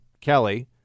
Kelly